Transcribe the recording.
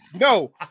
no